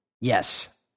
yes